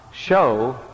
show